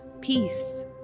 peace